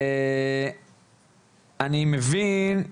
אני מבין,